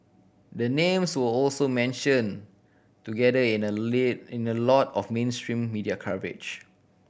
the names were also mentioned together in a in a lot of mainstream media coverage